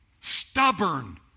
stubborn